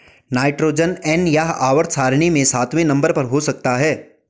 nitrogen N यह आवर्त सारणी में सातवें नंबर पर हो सकता है